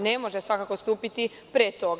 Ne može svakako stupiti pre toga.